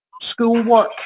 schoolwork